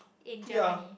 in Germany